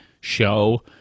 show